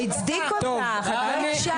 הוא הצדיק אותך, את לא הקשבת.